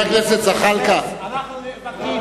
אנחנו נאבקים